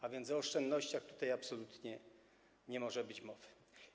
A więc o oszczędnościach tutaj absolutnie nie może być mowy.